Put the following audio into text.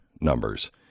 numbers